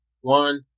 one